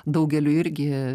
daugeliui irgi